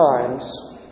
times